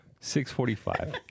645